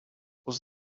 was